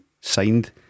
signed